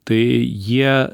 tai jie